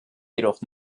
jedoch